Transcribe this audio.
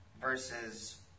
versus